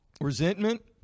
Resentment